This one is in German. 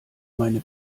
meine